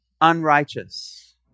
unrighteous